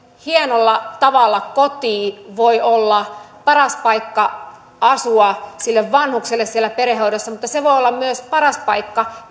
hienolla tavalla koti voi olla paras paikka asua sille vanhukselle siellä perhehoidossa mutta se voi olla myös paras paikka